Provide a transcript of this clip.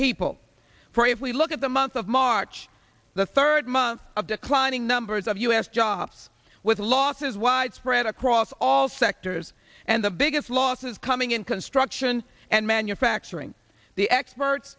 people for if we look at the month of march the third month of declining numbers of us jobs with loss is widespread across all sectors and the biggest losses coming in construction and manufacturing the experts